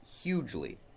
hugely